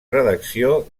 redacció